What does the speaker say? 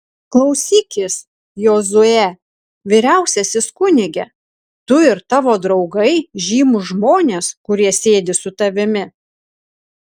klausykis jozue vyriausiasis kunige tu ir tavo draugai žymūs žmonės kurie sėdi su tavimi